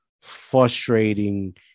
frustrating